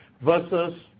versus